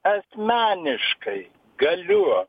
asmeniškai galiu